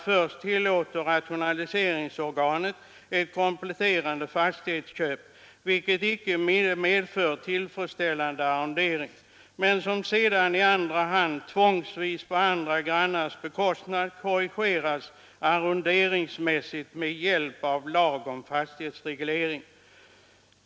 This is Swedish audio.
Först tillåter rationaliseringsorganet ett kompletterande fastighetsköp, vilket icke medför tillfredsställande arrondering utan som sedan i andra hand tvångsvis, på andra grannars bekostnad, korrigeras arronderingsmässigt med hjälp av lag om fastighetsreglering.